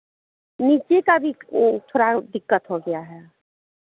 नीचे का भी थोड़ा दिक्कत हो गया है